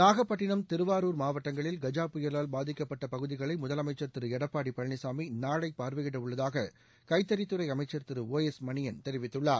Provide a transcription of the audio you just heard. நாகப்பட்டினம் திருவாரூர் மாவட்டங்களில் கஜா புயலால் பாதிக்கப்பட்ட பகுதிகளை முதலமைச்சா் திரு எடப்பாடி பழனிசாமி நாளை பார்வையிட உள்ளதாக கைத்தறித் துறை அமம்ன் திரு ஒ எஸ் மணியன் தெரிவித்துள்ளார்